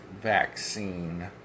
Vaccine